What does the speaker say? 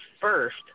first